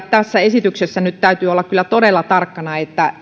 tässä esityksessä nyt täytyy olla kyllä todella tarkkana että